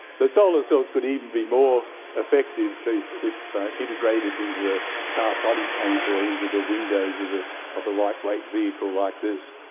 the solar cells could even be more effective if if integrated into the car body paint or into the windows of ah of a lightweight vehicle. like